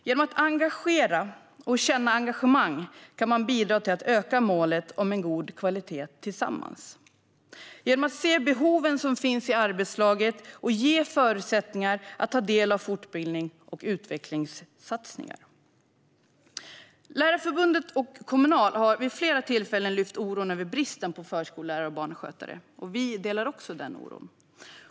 Genom att engagera och känna engagemang kan man bidra till att öka målet om en god kvalitet tillsammans - detta genom att se behoven som finns i arbetslaget och ge förutsättningar att ta del av fortbildning och utvecklingssatsningar. Lärarförbundet och Kommunal har vid flera tillfällen lyft oron över bristen på förskollärare och barnskötare. Vi delar också den oron.